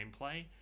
gameplay